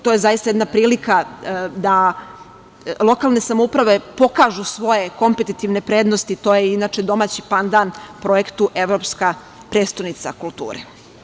To je zaista jedna prilika da lokalne samouprave pokažu svoje kompetetivne prednosti, to je inače domaći pandan projektu „Evropska prestonica kulture“